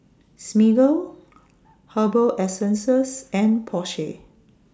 Smiggle Herbal Essences and Porsche